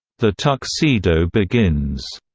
the tuxedo begins,